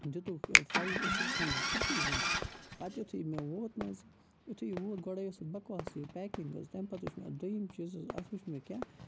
دِتُکھ five six hundred فِفٹیٖزَن پَتہٕ یُتھُے مےٚ ووت نہ حظ یہِ یُتھُے یہِ ووت گۄڈَے ٲس اَتھ بَکواس یہِ پیکِنٛگ حظ تَمہِ پَتہٕ وُچھ مےٚ دوٚیِم چیٖز حظ اَتھ وُچھ مےٚ کیٛاہ